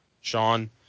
sean